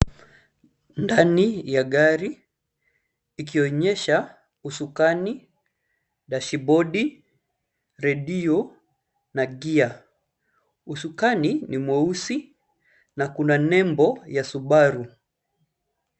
Ndani ya gari, ikionyesha usukani, dashibodi, redio na gia. Usukani ni mweusi na kuna nembo ya Subaru.